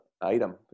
item